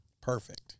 perfect